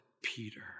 Peter